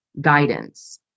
guidance